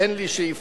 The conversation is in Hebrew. אין לי שאיפות